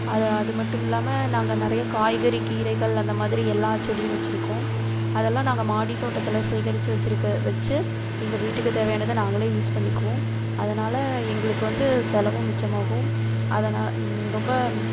அதில் அது மட்டும் இல்லாமல் நாங்கள் நிறையா காய்கறி கீரைகள் அந்தமாதிரி எல்லா செடியும் வெச்சுருக்கோம் அதெல்லாம் நாங்கள் மாடி தோட்டத்தில் சேகரித்து வெச்சுருக்க வெச்சு எங்கள் வீட்டுக்கு தேவையானதை நாங்களே யூஸ் பண்ணிக்குவோம் அதனால் எங்களுக்கு வந்து செலவும் மிச்சமாகும் அதனால் ரொம்ப